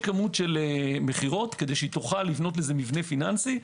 כמות של מכירות כדי שתוכל לבנות לזה מבנה פיננסי.